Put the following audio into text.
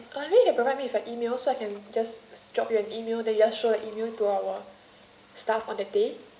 uh may I have provide me with your email so I can just drop you an email then you just show the email to our staff on that day